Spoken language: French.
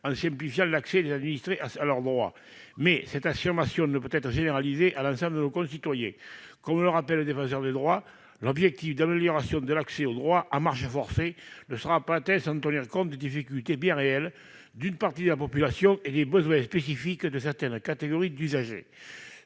peut simplifier l'accès des administrés à leurs droits. Toutefois, cette affirmation ne peut être généralisée à l'ensemble de nos concitoyens. Comme le rappelle le Défenseur des droits, l'objectif d'amélioration de l'accès aux droits ne sera pas atteint à marche forcée, sans tenir compte des difficultés bien réelles d'une partie de la population et des besoins spécifiques de certaines catégories d'usagers.